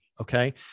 okay